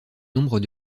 nombre